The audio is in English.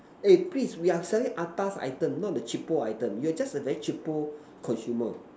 eh please we are selling atas item not the cheapo item you are just a very cheapo consumer